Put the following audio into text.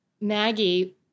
Maggie